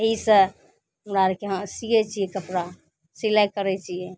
एहिसे हमरा आओरके सिए छिए कपड़ा सिलाइ करै छिए